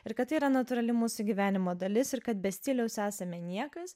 ir kad tai yra natūrali mūsų gyvenimo dalis ir kad be stiliaus esame niekas